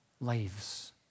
lives